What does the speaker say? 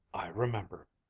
i remember.